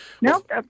Nope